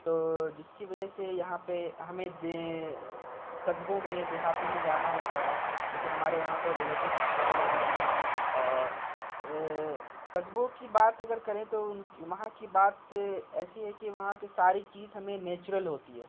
تو جس کی وجہ سے یہاں پہ ہمیں دیں قصبوں میں دیہاتوں میں جانا ہوتا ہے کیونکہ ہمارے وہاں پہ ریلیٹیوس وغیرہ بھی ہیں اور قصبوں کی بات اگر کریں تو ان کی وہاں کی بات ایسی ہے کہ وہاں کی ساری چیز ہمیں نیچرل ہوتی ہے